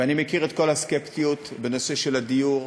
ואני מכיר את כל הסקפטיות בנושא הדיור,